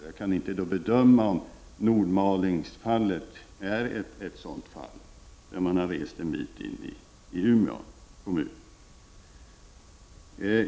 Jag kan inte bedöma om Nordmalingsfallet är ett sådant fall, där man har rest en bit in i Umeå kommun.